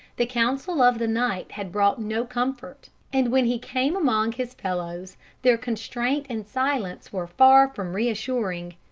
the counsel of the night had brought no comfort, and when he came among his fellows their constraint and silence were far from reassuring.